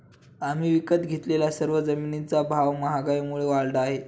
आम्ही विकत घेतलेल्या सर्व जमिनींचा भाव महागाईमुळे वाढला आहे